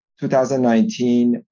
2019